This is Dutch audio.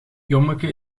jommeke